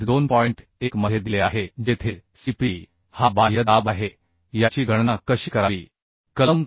1 मध्ये दिले आहे जेथे Cpe हा बाह्य दाब आहे याची गणना कशी करावी कलम 6